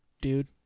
dude